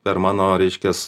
per mano reiškias